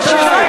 סדרנים,